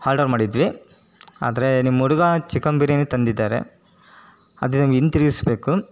order ಮಾಡಿದೀವಿ ಆದರೆ ನಿಮ್ಮ ಹುಡ್ಗ ಚಿಕನ್ ಬಿರಿಯಾನಿ ತಂದಿದ್ದಾರೆ ಅದು ನಿಮ್ಗೆ ಹಿಂತಿರುಗಿಸ್ಬೇಕು